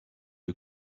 you